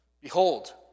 Behold